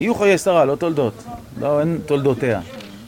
יהיו חיי שרה, לא תולדות, לא, אין תולדותיה.